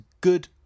good